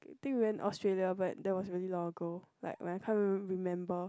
think we went Australia but that was really long ago like when I can't even remember